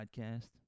podcast